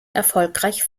erfolgreich